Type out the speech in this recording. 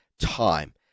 time